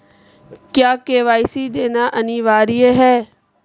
क्या के.वाई.सी देना अनिवार्य है?